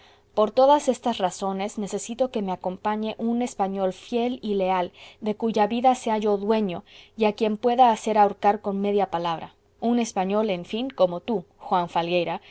por todas estas razones necesito que me acompañe un español fiel y leal de cuya vida sea yo dueño y a quien pueda hacer ahorcar con media palabra un español en fin como tú juan falgueira